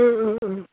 ও ও ও